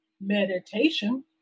meditation